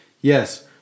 Yes